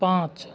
पाँच